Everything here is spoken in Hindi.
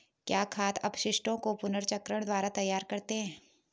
क्या खाद अपशिष्टों को पुनर्चक्रण द्वारा तैयार करते हैं?